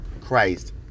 Christ